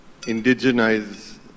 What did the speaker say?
indigenize